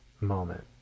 moment